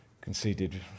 Conceded